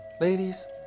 Ladies